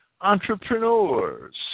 entrepreneurs